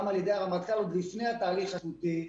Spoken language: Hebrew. גם על ידי הרמטכ"ל עוד לפני התהליך הפלילי,